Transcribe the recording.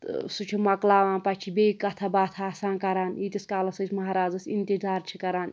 تہٕ سُہ چھِ مۄکلاوان پَتہٕ چھِ بیٚیہِ کَتھاہ باتھاہ آسان کَران ییٖتِس کالَس أسۍ ماہرازَس اِنتظار چھِ کَران